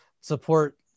support